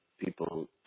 people